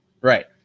right